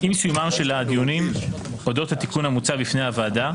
עם סיומם של הדיונים אודות התיקון המוצע בפני הוועדה,